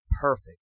perfect